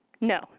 No